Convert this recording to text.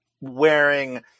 wearing